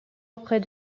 auprès